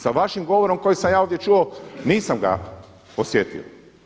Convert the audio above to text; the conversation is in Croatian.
Sa vašim govorom koji sam ja ovdje čuo nisam ga osjetio.